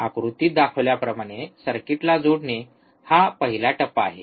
आकृतीमध्ये दाखवल्याप्रमाणे सर्किटला जोडणे हा पहिला टप्पा आहे